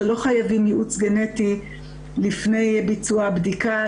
שלא חייבים ייעוץ גנטי לפני ביצוע הבדיקה.